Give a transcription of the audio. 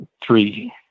three